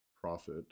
profit